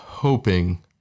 hoping